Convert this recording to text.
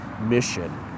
mission